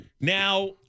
Now